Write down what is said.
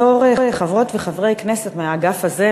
בתור חברות וחברי כנסת מהאגף הזה,